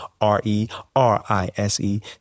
R-E-R-I-S-E